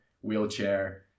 wheelchair